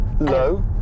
Low